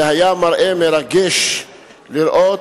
זה היה מראה מרגש לראות